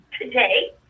today